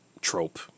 trope